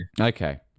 Okay